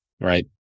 right